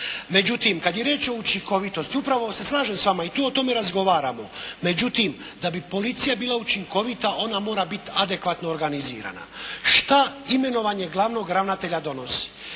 Međutim, kad je riječ o učinkovitosti upravo se slažem s vama i tu o tome razgovaramo. Međutim, da bi policija bila učinkovita ona mora biti adekvatno organizirana. Šta imenovanje glavnog ravnatelja donosi?